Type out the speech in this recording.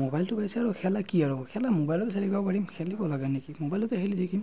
ম'বাইলটো পাইছে আৰু খেলা কি আৰু খেলা ম'বাইলতে খেলিব পাৰিম খেলিব লাগে নেকি ম'বাইলতে খেলি থাকিম